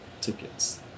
tickets